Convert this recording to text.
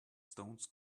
stones